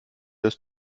das